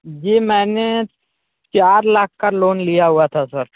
जी मैंने चार लाख का लोन लिया हुआ था सर